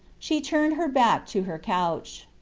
she turned her back to her couch.